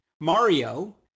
Mario